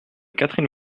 catherine